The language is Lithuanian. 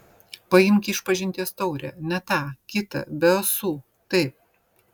paimk išpažinties taurę ne tą kitą be ąsų taip